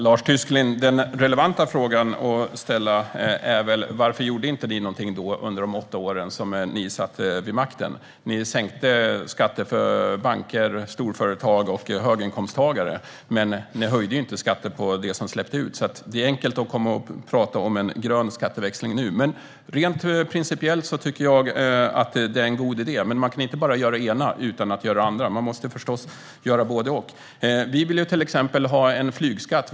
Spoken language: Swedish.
Herr talman! Den relevanta frågan att ställa då, Lars Tysklind, är väl varför ni inte gjorde någonting under de åtta år ni satt vid makten. Ni sänkte skatter för banker, storföretag och höginkomsttagare, men ni höjde inte skatter för dem som släpper ut. Det är enkelt att komma nu och tala om en grön skatteväxling. Rent principiellt tycker jag att det är en god idé, men man kan inte göra det ena utan att göra det andra. Man måste förstås göra både och. Vi vill till exempel ha en flygskatt.